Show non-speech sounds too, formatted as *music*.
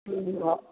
*unintelligible*